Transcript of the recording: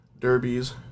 derbies